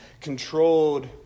controlled